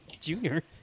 Junior